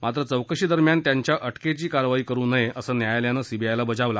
मात्र चौकशी दरम्यान त्यांच्या अटकेची कारवाई करु नये असं न्यायालयानं सीबीआयला बजावलं